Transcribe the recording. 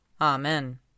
Amen